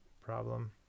problem